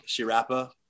Shirappa